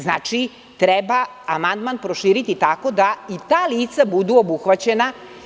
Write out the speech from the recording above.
Znači, treba amandman proširiti tako da i ta lica budu obuhvaćena.